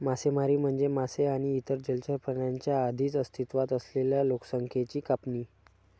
मासेमारी म्हणजे मासे आणि इतर जलचर प्राण्यांच्या आधीच अस्तित्वात असलेल्या लोकसंख्येची कापणी